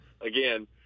again